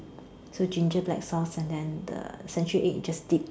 to the ginger black sauce and then the century egg just dip